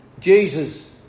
Jesus